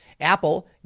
Apple